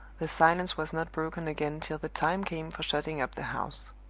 the silence was not broken again till the time came for shutting up the house.